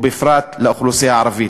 ובפרט האוכלוסייה הערבית.